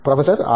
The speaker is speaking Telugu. professor R